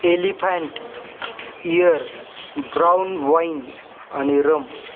elephant ear brown wine आणि रम